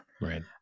right